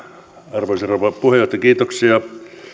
arvoisa rouva puheenjohtaja kiitoksia